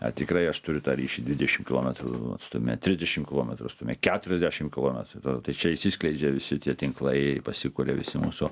ar tikrai aš turiu tą ryšį dvidešim kilometrų atstume trisdešim kilometrų stumia keturiasdešim kilometrų tada tai čia išsiskleidžia visi tie tinklai pasikuria visi mūsų